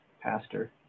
pastor